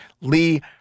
Lee